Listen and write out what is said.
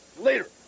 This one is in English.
Later